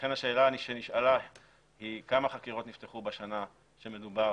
לכן השאלה שנשאלה היא כמה חקירות נפתחו בשנה המדוברת,